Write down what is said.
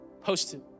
posted